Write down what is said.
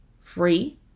free